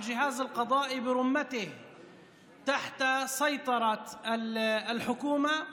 מערכת המשפט במלואה תחת שלטון הממשלה,